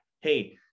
Hey